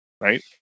right